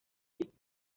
bretaña